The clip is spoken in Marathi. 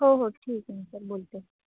हो हो ठीक आहे ना सर बोलते